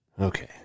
Okay